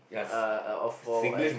uh of for A